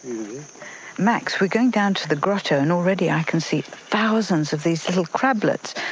max, we're going down to the grotto and already i can see thousands of these little crablets.